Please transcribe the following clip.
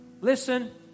Listen